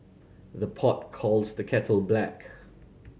the pot calls the kettle black